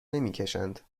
نمیکشند